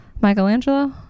Michelangelo